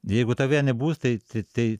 jeigu tave nebus tai tai tai